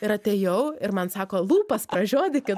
ir atėjau ir man sako lūpas pražiodykit